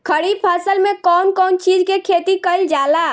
खरीफ फसल मे कउन कउन चीज के खेती कईल जाला?